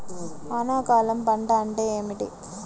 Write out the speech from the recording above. వానాకాలం పంట అంటే ఏమిటి?